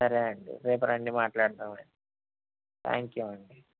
సరే అండి రేపు రండి మాట్లాడుదాం అండి థ్యాంక్ యూ అండి